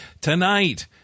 tonight